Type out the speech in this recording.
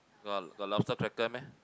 got got lobster cracker meh